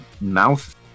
mouth